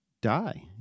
die